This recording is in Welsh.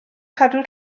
cadw